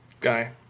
guy